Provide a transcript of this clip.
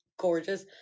Gorgeous